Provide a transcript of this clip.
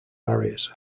barriers